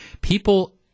People